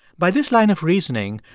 by this line of reasoning,